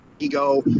ego